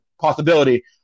possibility